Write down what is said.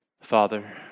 Father